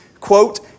quote